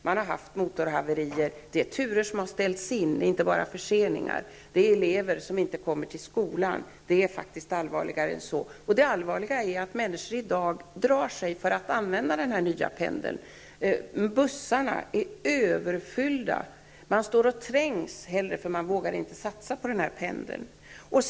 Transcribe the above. Man har haft motorhaverier, och turer har ställts in. Det är inte bara fråga om förseningar. Elever kommer inte till skolan. Det allvarliga är att människor i dag drar sig för att använda den här nya pendeln. Bussarna är överfulla. Man står hellre och trängs, eftersom man inte vågar satsa på pendeln.